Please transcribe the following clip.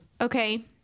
Okay